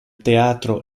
teatro